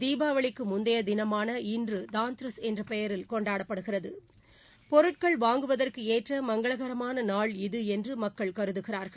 தீபாவளிக்கு முந்தைய தினமான இன்று தாந்தரஸ் என்ற பெயரில் கொண்டாடப்படுகிறது பொருட்கள் வாங்குவதற்கு ஏற்ற மங்களகரமான நாள் இது என்று மக்கள் கருதுகிறா்கள்